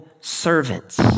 servants